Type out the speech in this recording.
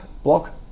Block